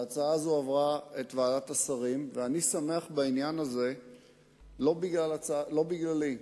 ואני שמח בעניין הזה לא בגללי,